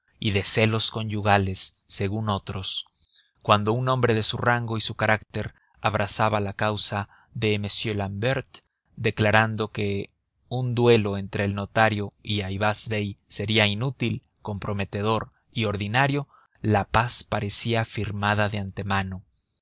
y de celos conyugales según otros cuando un hombre de su rango y su carácter abrazaba la causa de m l'ambert declarando que un duelo entre el notario y ayvaz bey sería inútil comprometedor y ordinario la paz parecía firmada de antemano